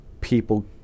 people